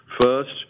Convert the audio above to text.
First